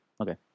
Okay